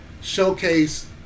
showcase